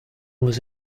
was